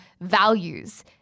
values